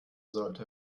sollte